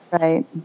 Right